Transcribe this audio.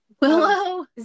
Willow